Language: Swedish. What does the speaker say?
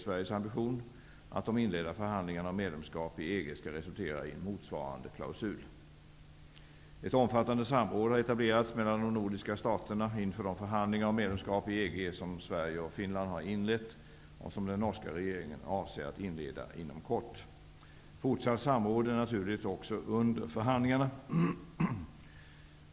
Sveriges ambition är att de inledda förhandlingarna om medlemskap i EG skall resultera i en motsvarande klausul. Ett omfattande samråd har etablerats mellan de nordiska staterna inför de förhandlingar om medlemskap i EG som Sverige och Finland har inlett och som den norska regeringen avser att inleda inom kort. Ett fortsatt samråd är naturligt också under förhandlingarna.